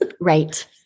Right